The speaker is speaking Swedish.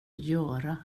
göra